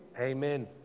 Amen